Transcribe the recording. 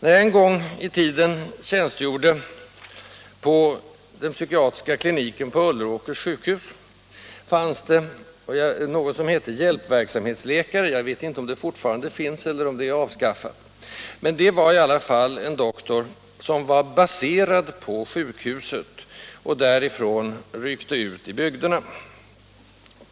När jag en gång i tiden tjänstgjorde på den psykiatriska kliniken på Ulleråkers sjukhus fanns det något som hette hjälpverksamhetsläkare. Jag vet inte om det fortfarande finns eller om det är avskaffat. Det var en doktor som var baserad på sjukhuset och därifrån ryckte ut i bygderna.